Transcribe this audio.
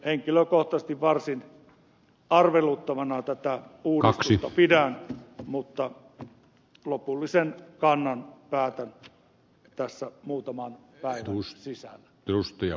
henkilökohtaisesti varsin arveluttavana tätä uudistusta pidän mutta lopullisen kannan päätän tässä muutaman päivän sisällä